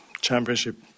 Championship